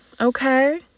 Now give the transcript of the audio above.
Okay